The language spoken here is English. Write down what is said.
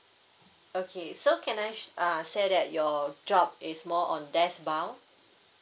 okay so can I uh say that your job is more on desk bound